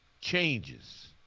changes